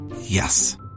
Yes